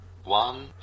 one